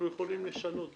אנחנו יכולים לשנות.